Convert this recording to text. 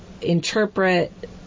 interpret